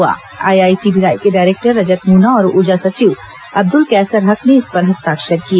शैक्षणिक और आईआईटी भिलाई के डायरेक्टर रजत मूना और ऊर्जा सचिव अब्दुल कैसर हक ने इस पर हस्ताक्षर किए